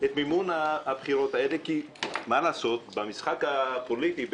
את מימון הבחירות האלה כי במשחק הפוליטי,